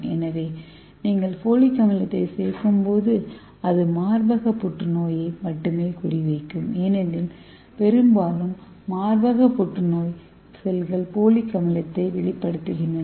எனவே நீங்கள் ஃபோலிக் அமிலத்தை சேர்க்கும்போது அது மார்பக புற்றுநோயை மட்டுமே குறிவைக்கும் ஏனெனில் பெரும்பாலும் மார்பக புற்றுநோய் செல்கள் ஃபோலிக் அமிலத்தை வெளிப்படுத்துகின்றன